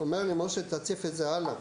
לי "משה, תציף את זה הלאה"